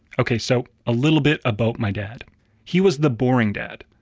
okay, so a little bit about my dad he was the boring dad.